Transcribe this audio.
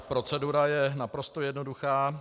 Procedura je naprosto jednoduchá.